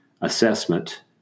assessment